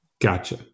Gotcha